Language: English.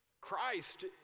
Christ